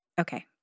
Okay